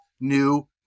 new